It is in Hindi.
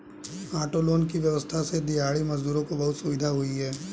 ऑटो लोन की व्यवस्था से दिहाड़ी मजदूरों को बहुत सुविधा हुई है